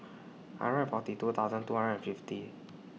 hundred forty two thousand two hundred fifty